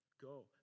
Go